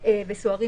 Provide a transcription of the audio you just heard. וגם על סוהרים